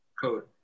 Code